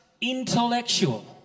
intellectual